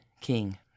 King